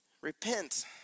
Repent